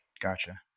Gotcha